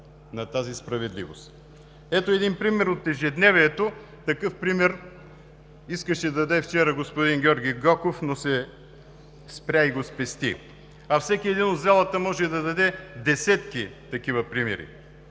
на тази справедливост. Ето един пример от ежедневието. Такъв пример искаше да даде господин Гьоков вчера, но се спря и го спести. Всеки един от залата може да даде десетки такива примери.